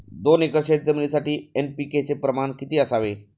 दोन एकर शेतजमिनीसाठी एन.पी.के चे प्रमाण किती आहे?